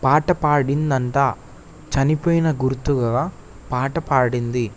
పాట పాడింది అంట చనిపోయిన గుర్తుగా పాట పాడింది